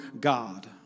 God